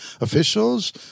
officials